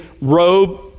robe